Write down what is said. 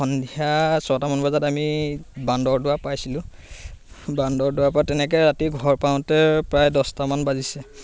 সন্ধিয়া ছটামান বজাত আমি বান্দৰদোৱা পাইছিলোঁ বান্দৰদোৱাৰ পৰা তেনেকৈ ৰাতি ঘৰ পাওঁতে প্ৰায় দহটামান বাজিছে